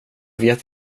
vet